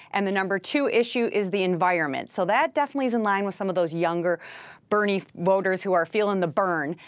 and the number two issue is the environment. so, that definitely is in line with some of those younger bernie voters who are feeling the bern.